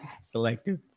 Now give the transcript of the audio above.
selective